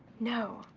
no.